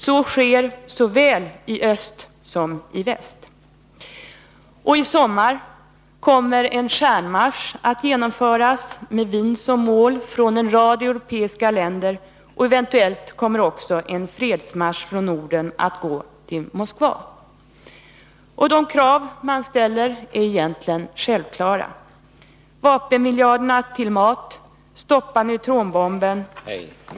Så sker såväl i öst som i väst. I sommar kommer en stjärnmarsch att genomföras med Wien som mål från en rad europeiska länder, och eventuellt kommer också en fredsmarsch från Norden att gå till Moskva. Och de krav man ställer är egentligen självklara: Vapenmiljarderna till mat! Stoppa neutronbomben!